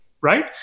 right